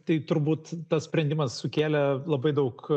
tai turbūt tas sprendimas sukėlė labai daug